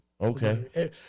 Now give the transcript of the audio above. Okay